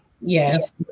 Yes